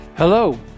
Hello